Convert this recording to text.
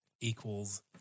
equals